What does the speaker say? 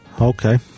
Okay